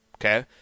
okay